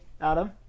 Adam